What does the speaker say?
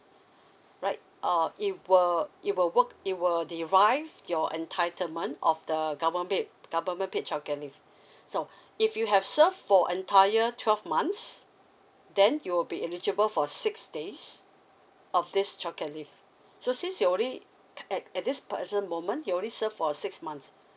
right uh it will it will work it will derive your entitlement of the government paid government paid childcare leave so if you have serve for entire twelve months then you'll be eligible for six days of this childcare leave so since you're only at at this present moment you only serve for six months